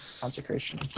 consecration